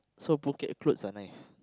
so Phuket clothes are nice